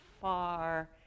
far